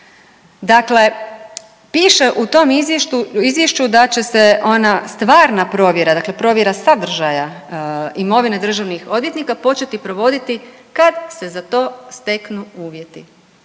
dakle piše u tom izvješću da će se ona stvarna provjera, dakle provjera sadržaja imovine državnih odvjetnika početi provoditi kad se za to steknu uvjeti.